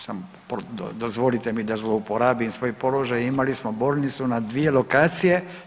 Samo, dozvolite mi da zlouporabim svoj položaj, imali smo bolnicu na dvije lokacije.